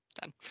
done